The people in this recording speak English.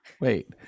wait